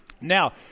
Now